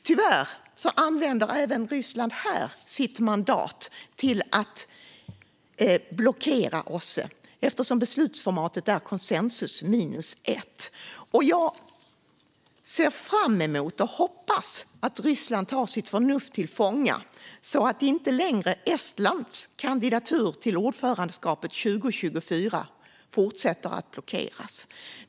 Tyvärr använder Ryssland även här sitt mandat till att blockera OSSE, eftersom beslutsformatet är konsensus minus ett. Jag ser fram emot och hoppas att Ryssland tar sitt förnuft till fånga så att Estlands kandidatur till ordförandeskapet 2024 inte fortsätter att blockeras.